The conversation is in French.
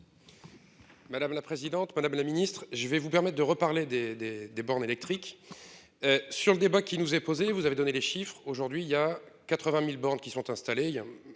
Madame la présidente, madame la Ministre. Je vais vous permettent de reparler des des des bornes électriques. Sur le débat qui nous est posée. Vous avez donné les chiffres, aujourd'hui il y a 80.000 bornes qui sont installés.